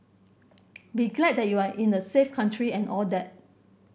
be glad that you are in a safe country and all that